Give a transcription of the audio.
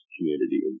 community